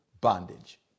bondage